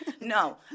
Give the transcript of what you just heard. No